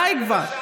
די כבר.